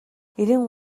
эрийн